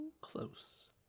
close